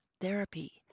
therapy